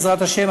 בעזרת השם,